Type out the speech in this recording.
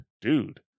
dude